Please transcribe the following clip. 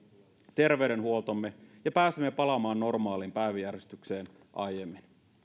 terveydenhuoltomme ja pääsemme palaamaan normaaliin päiväjärjestykseen aiemmin